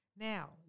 Now